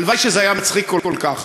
הלוואי שזה היה מצחיק כל כך.